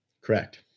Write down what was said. Correct